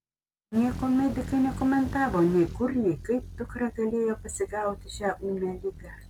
nieko medikai nekomentavo nei kur nei kaip dukra galėjo pasigauti šią ūmią ligą